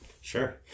sure